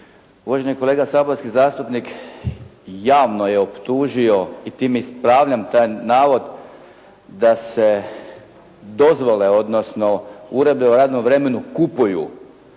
Uvaženi kolega saborski zastupnik javno je optužio i time ispravljam taj navod da se dozvole, odnosno uredbe o radnom vremenu kupuju.